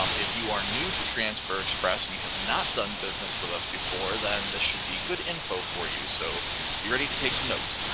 um if you are new to transfer express and you have not done business with us before, then this should be good info for you. so be ready to take some notes.